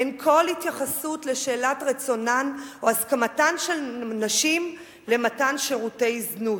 אין כל התייחסות לשאלת רצונן או הסכמתן של נשים למתן שירותי זנות.